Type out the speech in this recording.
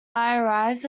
arrives